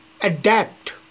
adapt